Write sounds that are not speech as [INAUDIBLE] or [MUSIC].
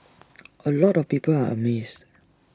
[NOISE] A lot of people are amazed